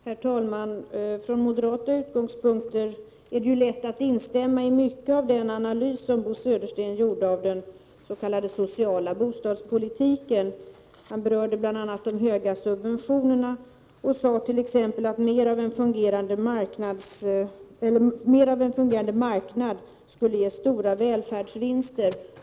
Herr talman! Från moderata utgångspunkter är det lätt att instämma i mycket av den analys som Bo Södersten gjorde av den s.k. sociala bostadspolitiken. Han berörde bl.a. de höga subventionerna och sade t.ex. att mer av fungerande marknad skulle ge stora välfärdsvinster.